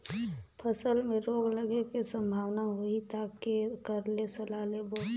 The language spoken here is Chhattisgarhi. फसल मे रोग लगे के संभावना होही ता के कर ले सलाह लेबो?